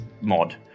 mod